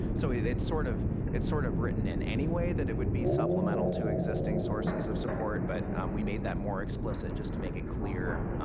so it's sort of it's sort of written in any way that it will be supplemental to existing sources of support, but we made that more explicit just to make it clear.